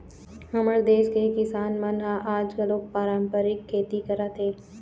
हमर देस के किसान मन ह आज घलोक पारंपरिक खेती करत हे